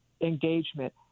engagement